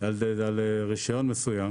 על רישיון מסוים